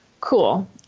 cool